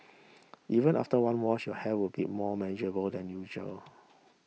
even after one wash your hair would be more manageable than usual